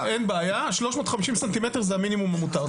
350 ס"מ זה המינימום המותר.